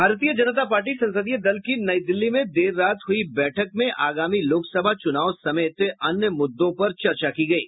भारतीय जनता पार्टी संसदीय दल की नई दिल्ली में देर रात हुयी बैठक में आगामी लोकसभा चुनाव समेत अन्य मुद्दों पर चर्चा की गयी